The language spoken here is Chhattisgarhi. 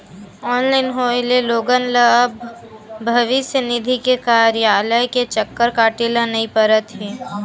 ऑनलाइन होए ले लोगन ल अब भविस्य निधि के कारयालय के चक्कर काटे ल नइ परत हे